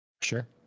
Sure